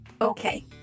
Okay